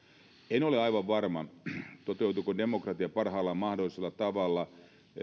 ole aivan varma toteutuiko demokratia parhaalla mahdollisessa tavalla